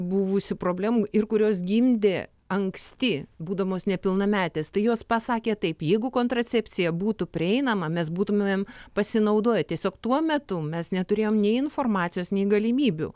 buvusių problemų ir kurios gimdė anksti būdamos nepilnametės tai jos pasakė taip jeigu kontracepcija būtų prieinama mes būtumėm pasinaudoję tiesiog tuo metu mes neturėjom nei informacijos nei galimybių